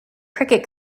cricket